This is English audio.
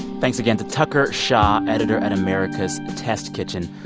thanks again to tucker shaw, editor at america's test kitchen.